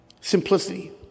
Simplicity